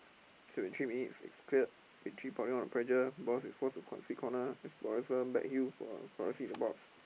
twenty three minutes is cleared pressure is forced to concede corner back heel for in the box